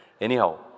Anyhow